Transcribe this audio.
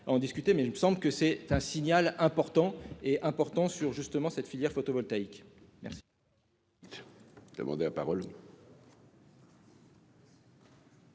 en discuter, mais il me semble que c'est un signal important est important sur justement cette filière photovoltaïque. Merci.